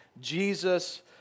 Jesus